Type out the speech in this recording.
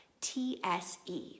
T-S-E